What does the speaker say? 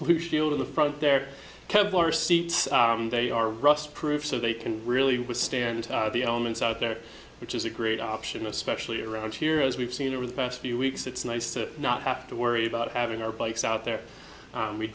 blue shield in the front there kept our seats they are rustproof so they can really withstand the elements out there which is a great option especially around here as we've seen over the past few weeks it's nice to not have to worry about having our bikes out there